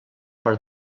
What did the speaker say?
per